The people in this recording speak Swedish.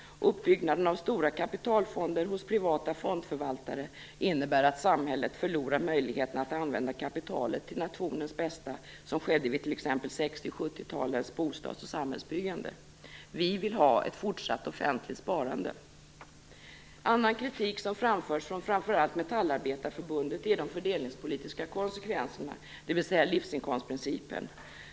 Uppbyggnaden av stora kapitalfonder hos privata fondförvaltare innebär att samhället förlorar möjligheten att använda kapitalet till nationens bästa som skedde vid t.ex. 60 och 70-talens bostads och samhällsbyggande. Vi vill ha ett fortsatt offentligt sparande. Annan kritik som framförts från framför allt Metallindustriarbetareförbundet är de fördelningspolitiska konsekvenserna, dvs. livsinkomstprincipen.